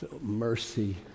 Mercy